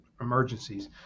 emergencies